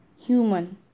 Human